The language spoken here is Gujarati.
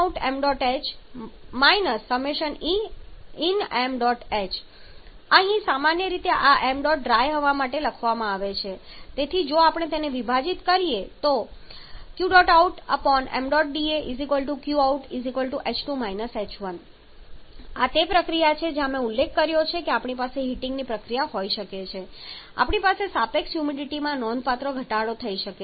Q̇out outṁh inṁh અહીં સામાન્ય રીતે આ ṁ ડ્રાય હવા માટે લખવામાં આવે છે તેથી જો આપણે તેને વિભાજીત કરીએ Q̇outṁdaqouth2 h1 આ તે પ્રક્રિયા છે જ્યાં મેં ઉલ્લેખ કર્યો છે કે આપણી પાસે હીટિંગની પ્રક્રિયા હોઈ શકે છે આપણી પાસે સાપેક્ષ હ્યુમિડિટીમાં નોંધપાત્ર ઘટાડો થઈ શકે છે